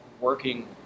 working